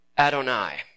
Adonai